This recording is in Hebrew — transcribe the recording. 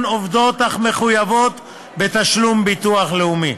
עובדות אך מחויבות בתשלום ביטוח לאומי,